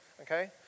okay